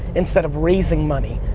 instead of raising money,